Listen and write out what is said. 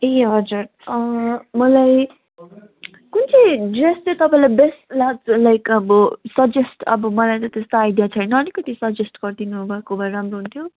ए हजुर मलाई कुन चाहिँ ड्रेस चाहिँ तपाईँलाई बेस्ट लाग्छ लाइक सजेस्ट अब मलाई त त्यस्तो आइडिया छैन अलिकति सजेस्ट गरिदिनु भएको भए राम्रो हुन्थ्यो